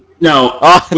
No